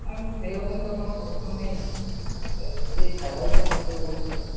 সেরকম তো কোনো প্রশ্ন নেই যদি স্যালারিটা কত দেবেন সেটা